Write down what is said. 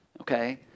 okay